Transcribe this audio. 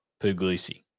Puglisi